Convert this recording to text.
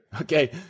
Okay